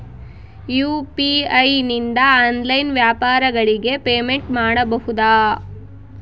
UPI ನಿಂದ online ವ್ಯಾಪಾರಗಳಿಗೆ payment ಮಾಡಬಹುದಾ?